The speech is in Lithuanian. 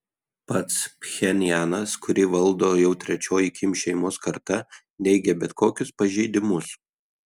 pats pchenjanas kurį valdo jau trečioji kim šeimos karta neigia bet kokius pažeidimus